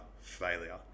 failure